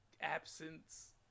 absence